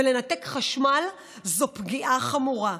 ולנתק חשמל זה פגיעה חמורה,